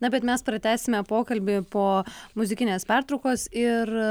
na bet mes pratęsime pokalbį po muzikinės pertraukos ir